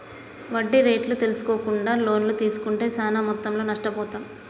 వడ్డీ రేట్లు తెల్సుకోకుండా లోన్లు తీస్కుంటే చానా మొత్తంలో నష్టపోతాం